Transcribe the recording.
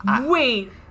Wait